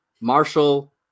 marshall